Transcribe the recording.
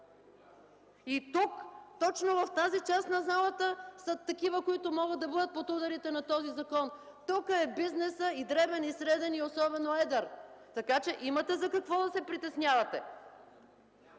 Тук, точно в тази част на залата са такива, които могат да бъдат под ударите на този закон! Тук е бизнесът, и дребен, и среден, и особено едър! Така че имате за какво да се притеснявате!